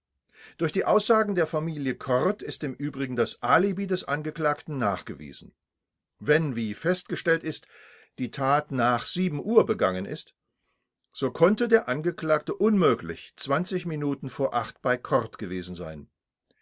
durch die aussagen der familie kord ist im übrigen das alibi des angeklagten nachgewiesen wenn wie festgestellt ist die tat nach uhr begangen ist so konnte der angeklagte unmöglich minuten vor uhr bei kord gewesen sein